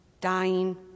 dying